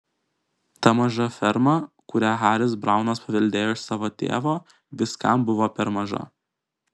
ta maža ferma kurią haris braunas paveldėjo iš savo tėvo viskam buvo per maža